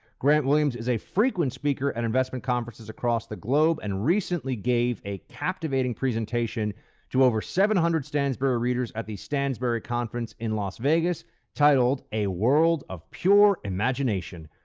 grant williams is a frequent speaker at and investment conferences across the globe and recently gave a captivating presentation to over seven hundred stansberry readers at the stansberry conference in las vegas titled a world of pure imagination.